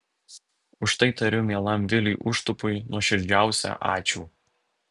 už tai tariu mielam viliui užtupui nuoširdžiausią ačiū